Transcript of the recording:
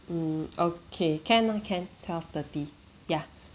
mm okay can lah can twelve thirty ya